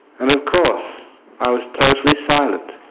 and of course i was totally silent.